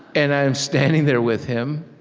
and i am standing there with him,